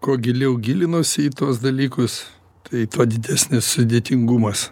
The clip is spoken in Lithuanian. kuo giliau gilinuosi į tuos dalykus tai tuo didesnis sudėtingumas